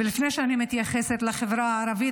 ולפני שאני מתייחסת לחברה הערבית,